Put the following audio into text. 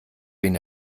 wen